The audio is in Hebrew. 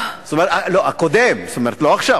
לא, הקודם, זאת אומרת, לא עכשיו.